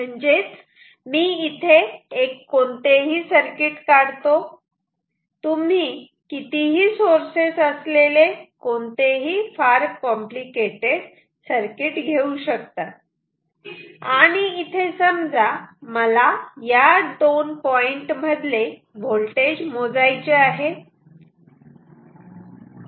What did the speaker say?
म्हणजेच मी इथे एक कोणतेही सर्कीट काढतो तुम्ही कितीही सोर्सेस असलेले कोणतेही फार कॉम्प्लिकेटेड सर्किट घेऊ शकतात आणि इथे समजा मला या दोन पॉईंट मधले व्होल्टेज मोजायचे आहे